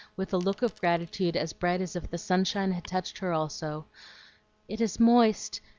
with a look of gratitude as bright as if the sunshine had touched her also it is moist!